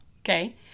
okay